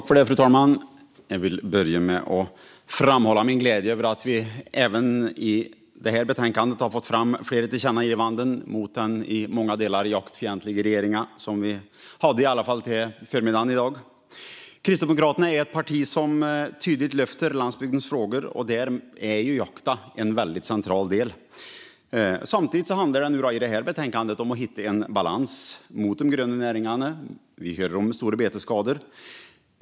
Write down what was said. Fru talman! Jag vill börja med att framhålla min glädje över att vi även i det här betänkandet har fått fram flera tillkännagivanden till den i många delar jaktfientliga regeringen, som vi i alla fall hade fram till i förmiddags. Kristdemokraterna är ett parti som tydligt lyfter fram landsbygdens frågor, där jakten är en central del. Samtidigt handlar det i det här betänkandet om att hitta en balans när det gäller de gröna näringarna; vi hörde om stora betesskador.